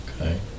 okay